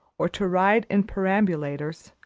or to ride in perambulators,